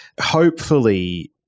Hopefully-